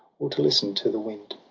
or to listen to the wind.